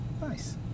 nice